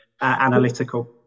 analytical